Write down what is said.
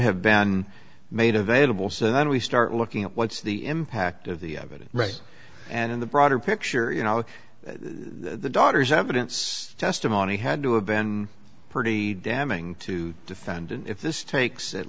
have been made available so then we start looking at what's the impact of the evidence and in the broader picture you know the daughter's evidence testimony had to abandon pretty damning to defendant if this takes at